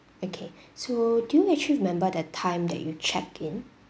okay so do you actually remember the time that you checked in